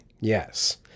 Yes